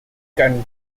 gun